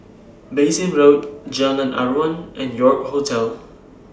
Bassein Road Jalan Aruan and York Hotel